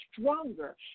stronger